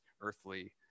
earthly